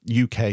UK